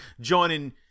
joining